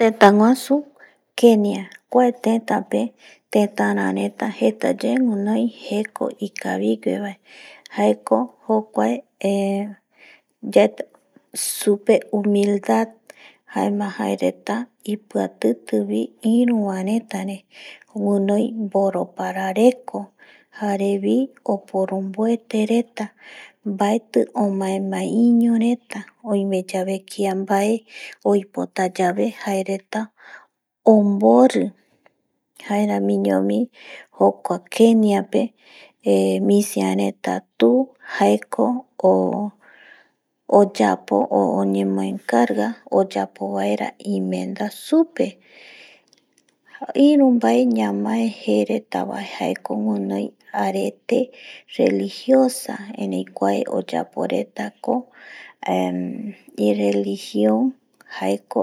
Teta guasu kenia kuae teta pe tetara reta jeta yae winoi jeko ikavigue bae jaeko jokua eh yaeta supe humildad jaema jaereta ipiaatiti bi iru bae reta re winoi baraparareko jarebi oporonbuete reta baeti omae maeiño reta oime yabe bae kia oipota yae jae reta onbori jaeramiño jokua kenia eh misia reta tu, oyapo o omo encarga oyapo baera imenda supe iru bae ñamae jereta bae jae winoi arete religioso reta eri kuae oyapo reta ko, ireligion jaeko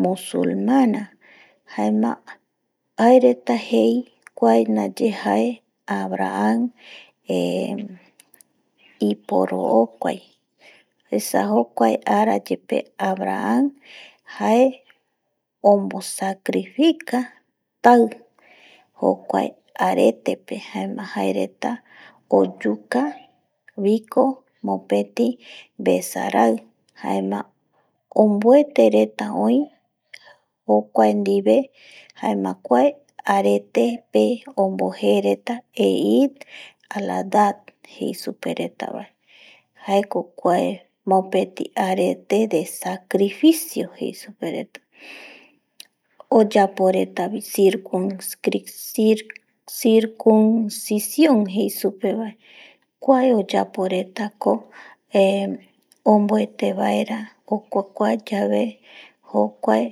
musulmana jaema jae reta jei kuae naye jae abraam iporokuai esa jokuae ara yepe abraam jae omosacrifica tai, jokuae arete pe jaema jae reta oyuka biko mopeti becha rai jaema onbuete reta oi jokuae dive arete onboje reta elireta bae jaeko mopeti arete jei supe reta, oyapo reta bi circuccion jei supe reta bae, kuae oyapo reta ko eh onbuete baera okuaekua yae jokuae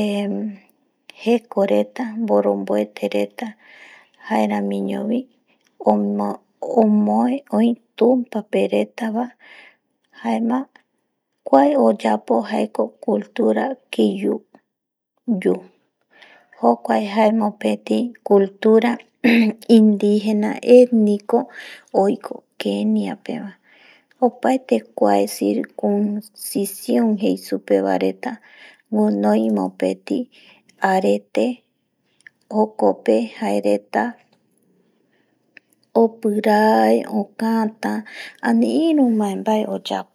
eh jeko reta boronbuete reta jaeramiño bi omue oi tumpa pereta bae jaema kuae oyapo jaeko cultura qiyu jokuae jaema mopeti cultura indigena egnico, oiko kenia pe bae opaete kuae circuncicion jei supe reta winoi mopeti arete jokope jae reta opirae, okata ani iru bae bae oyapo.